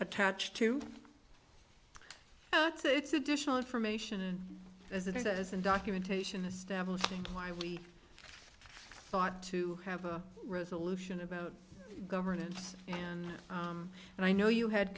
attached to it's additional information as it says in documentation establishing why we thought to have a resolution about governance and and i know you had